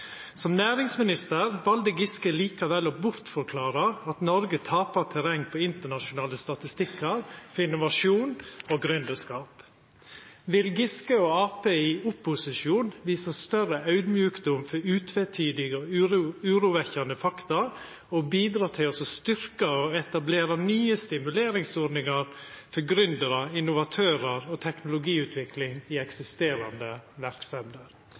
Som næringsminister valde Giske likevel å bortforklara at Noreg tapar terreng på internasjonale statistikkar for innovasjon og gründerskap. Vil Giske og Arbeidarpartiet i opposisjon visa større audmjukdom for openberre og urovekkjande fakta og bidra til å styrkja og etablera nye stimuleringsordningar for gründerar, innovatørar og teknologiutvikling i eksisterande verksemder?